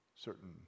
certain